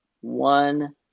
one